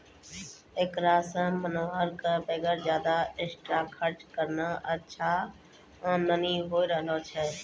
हेकरा सॅ मनोहर कॅ वगैर ज्यादा एक्स्ट्रा खर्च करनॅ अच्छा आमदनी होय रहलो छै